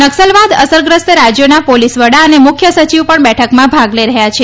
નક્સલવાદ અસરગ્રસ્ત રાજ્યોના પોલીસ વડા અને મુખ્ય સચિવ પણ બેઠકમાં ભાગ લઇ રહ્યા છે